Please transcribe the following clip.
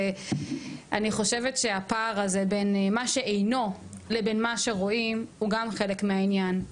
ואני חובת שהפער הזה בין מה שאינו לבין מה שרואים הוא גם חלק מהעניין.